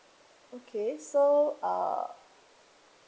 okay so uh